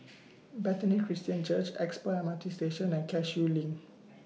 Bethany Christian Church Expo MRT Station and Cashew LINK